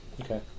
Okay